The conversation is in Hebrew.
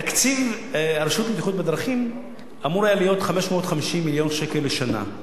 תקציב הרשות לבטיחות בדרכים אמור היה להיות 550 מיליון שקל לשנה.